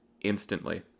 instantly